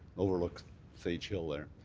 overlooked sage hill there.